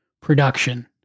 production